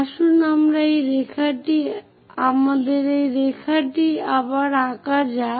আসুন আবার সেই রেখাটি আঁকা যাক